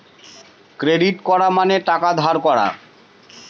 credit করা মানে টাকা ধার করা